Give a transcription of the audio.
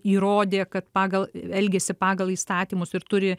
įrodė kad pagal elgesį pagal įstatymus ir turi